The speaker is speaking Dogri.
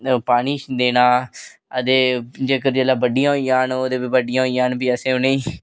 ओह् पानी देना ते जेकर ओह् बड्डियां होई जाह्न ओह् ते बड्डियां होई जाह्न ते असें उ'नेंगी